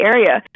Area